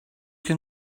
can